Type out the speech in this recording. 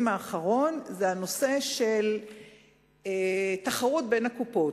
האחרון הוא הנושא של תחרות בין הקופות.